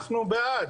אנחנו בעד.